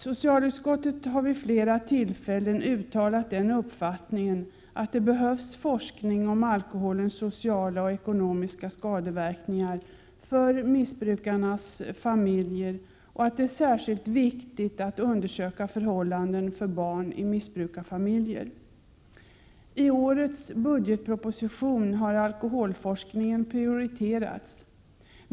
Socialutskottet har vid flera tillfällen uttalat den uppfattningen att det behövs forskning om alkoholens sociala och ekonomiska skadeverkningar för missbrukarnas familjer och att det är särskilt viktigt att undersöka förhållanden för barn i missbrukarfamiljer. I årets budgetproposition har alkoholforskningen prioriterats.